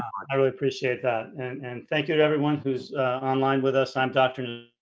i really appreciate that and thank you to everyone who's online with us. i'm dr.